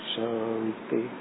Shanti